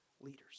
leaders